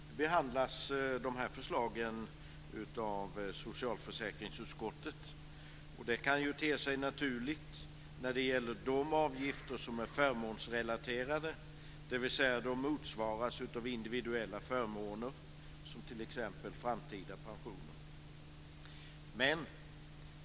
Nu behandlas dessa förslag av socialförsäkringsutskottet, och det kan te sig naturligt när det gäller de avgifter som är förmånsrelaterade, dvs. sådana som motsvaras av individuella förmåner som t.ex. framtida pensioner.